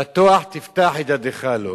פתוח תפתח את ידך לו,